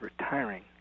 retiring